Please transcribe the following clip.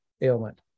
ailment